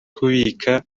kubika